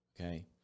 okay